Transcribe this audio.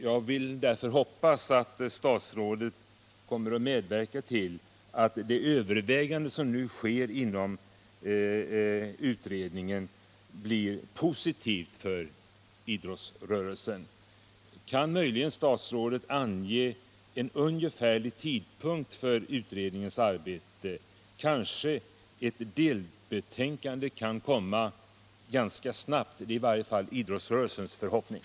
Jag hoppas också att statsrådet kommer att medverka till att de överväganden som nu sker inom utredningen blir positiva för idrottsrörelsen. Kan statsrådet möjligen ange en ungefärlig tidpunkt för utredningens arbete? Kanske ett delbetänkande kan komma ganska snabbt — det är i varje fall idrottsrörelsens förhoppning.